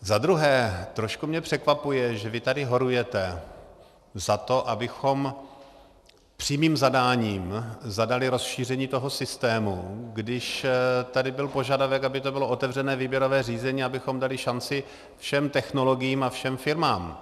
Zadruhé, trošku mě překvapuje, že vy tady horujete za to, abychom přímým zadáním zadali rozšíření toho systému, když tady byl požadavek, aby to bylo otevřené výběrové řízení, abychom dali šanci všem technologiím a všem firmám.